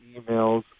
emails